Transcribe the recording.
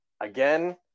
again